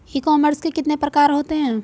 ई commerce के कितने प्रकार होते हैं?